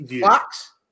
Fox